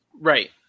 Right